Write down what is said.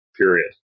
period